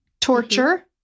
torture